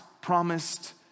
promised